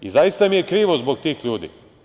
I zaista mi je krivo zbog tih ljudi.